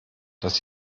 dass